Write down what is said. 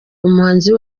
umuhanzi